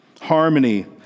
Harmony